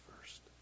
first